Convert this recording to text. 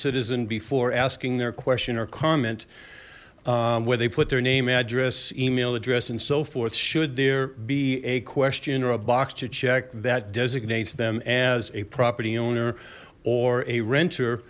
citizen before asking their question or comment where they put their name address email address and so forth should there be a question or a box to check that designates them as a property owner or a renter